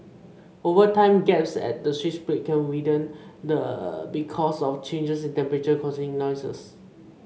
over time gaps at the switch plate can widen the because of changes in temperature causing noise